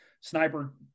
sniper